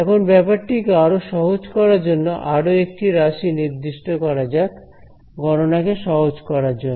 এখন ব্যাপারটিকে আরো সহজ করার জন্য আরো একটি রাশি নির্দিষ্ট করা যাক গণনা কে সহজ করার জন্য